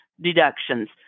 deductions